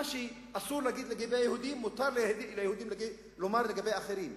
שמה שאסור להגיד על היהודים מותר ליהודים לומר על אחרים.